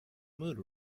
mood